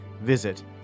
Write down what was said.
Visit